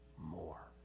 more